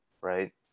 right